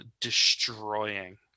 destroying